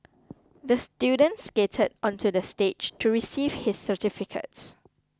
the student skated onto the stage to receive his certificate